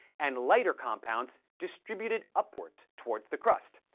and lighter compounds distributed upwards towards the crust,